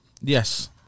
Yes